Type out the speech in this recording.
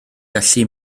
gallu